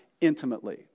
intimately